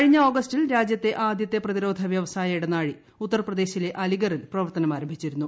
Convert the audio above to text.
കഴിഞ്ഞ ആഗസ്റ്റിൽ രാജ്യത്തെ ആദ്യത്തെ പ്രതിരോധ് വ്യവസായ ഇടനാഴി ഉത്തർപ്രദേശിലെ അലിഗറിൽ പ്രവർത്തനം ആരംഭിച്ചിരുന്നു